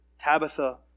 Tabitha